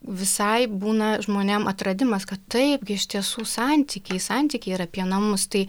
visai būna žmonėm atradimas kad taip gi iš tiesų santykiai santykiai yra apie namus tai